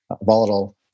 volatile